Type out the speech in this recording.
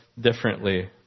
differently